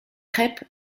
crêpes